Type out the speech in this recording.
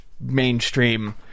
mainstream